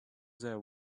there